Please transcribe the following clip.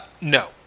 no